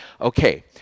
okay